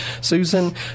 Susan